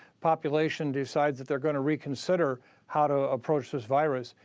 population decides that they're going to reconsider how to approach this virus,